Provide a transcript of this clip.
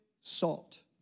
salt